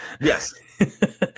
Yes